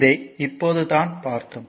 இதை இப்போது தான் பார்த்தோம்